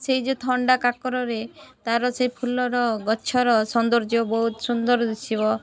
ସେଇ ଯେଉଁ ଥଣ୍ଡା କାକରରେ ତାର ସେ ଫୁଲର ଗଛର ସୌନ୍ଦର୍ଯ୍ୟ ବହୁତ ସୁନ୍ଦର ଦିଶିବ